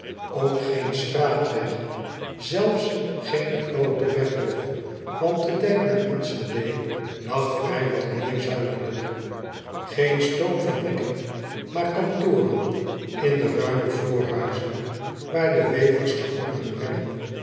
w e g zelfs geen grooten weg nog want de dijk naar nschede lag vrij wat meer uidelijk een stoomfabrieken maar kantoren in de ruime voorhuizen waar de wevers de goederen brengen